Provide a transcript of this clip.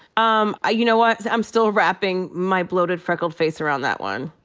um i you know what, i'm still wrapping my bloated freckled face around that one,